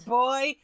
boy